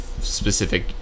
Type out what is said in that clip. specific